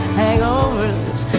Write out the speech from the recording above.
hangovers